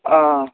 آ